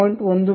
1 ಮಿ